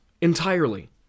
entirely